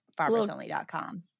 farmersonly.com